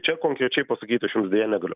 čia konkrečiai pasakyti aš jums deja negaliu